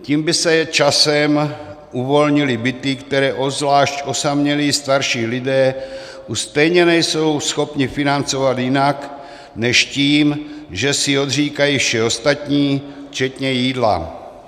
Tím by se časem uvolnily byty, které obzvlášť osamělí starší lidé už stejně nejsou schopni financovat jinak než tím, že si odříkají vše ostatní včetně jídla.